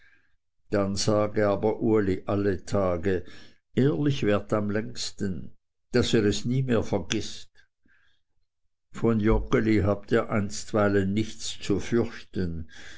dann sage aber uli alle tage ehrlich währt am längsten daß er es nie mehr vergißt von joggeli habt ihr einstweilen nichts zu fürchten